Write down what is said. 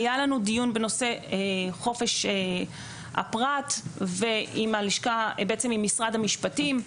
היה לנו דיון בנושא חופש הפרט עם משרד המשפטים,